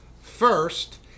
First